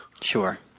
Sure